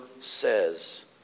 says